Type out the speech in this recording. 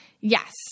Yes